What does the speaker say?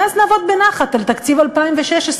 ואז נעבוד בנחת על תקציב 2016,